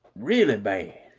really bad.